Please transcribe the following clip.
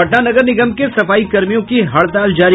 पटना नगर निगम के सफाई कर्मियों की हड़ताल जारी